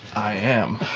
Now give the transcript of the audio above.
i am.